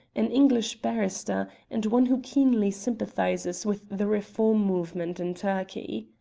an english barrister, and one who keenly sympathizes with the reform movement in turkey.